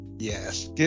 Yes